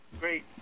great